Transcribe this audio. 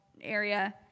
area